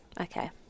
okay